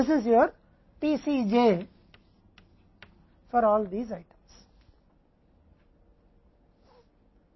यह इन सभी वस्तुओं के लिए आपका TC j है